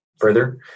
further